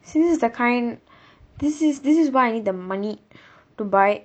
see this is the kind this is this is why I need the money to buy